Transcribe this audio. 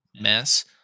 mess